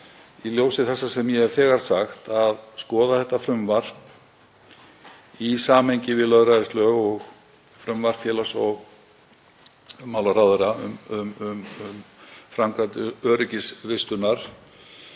í ljósi þess sem ég hef þegar sagt, að skoða þetta frumvarp í samhengi við lögræðislög og frumvarp félags- og vinnumarkaðsráðherra um framkvæmd öryggisvistunar